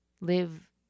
live